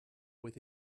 with